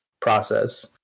process